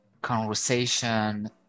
conversation